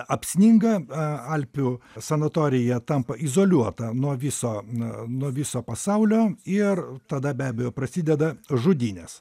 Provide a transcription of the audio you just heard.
apsninga a alpių sanatorija tampa izoliuota nuo viso n nuo viso pasaulio ir tada be abejo prasideda žudynės